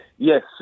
Yes